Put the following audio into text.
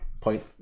point